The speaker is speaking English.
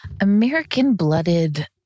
American-blooded